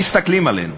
מסתכלים עלינו.